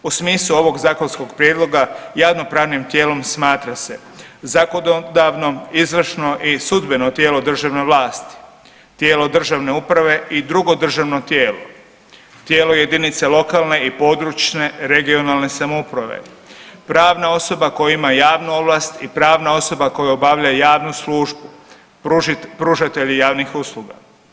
U smislu ovog zakonskog prijedloga javnopravnim tijelom smatra se zakonodavno, izvršno i sudbeno tijelo državne vlasti, tijelo državne uprave i drugo državno tijelo, tijelo jedinice lokalne i područne regionalne samouprave, pravna osoba koja ima javnu ovlast i pravna osoba koja obavlja javnu službu, pružatelji javnih usluga.